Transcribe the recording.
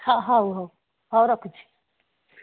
ହଁ ହଉ ହଉ ହଉ ରଖୁଛି